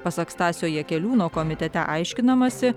pasak stasio jakeliūno komitete aiškinamasi